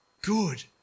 Good